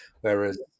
whereas